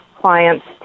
clients